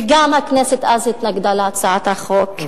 וגם אז הכנסת התנגדה להצעת החוק,